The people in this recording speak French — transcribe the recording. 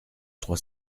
trois